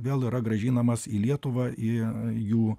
vėl yra grąžinamas į lietuvą ir jų